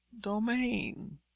domain